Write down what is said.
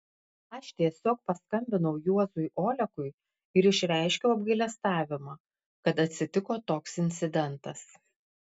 aš tiesiog paskambinau juozui olekui ir išreiškiau apgailestavimą kad atsitiko toks incidentas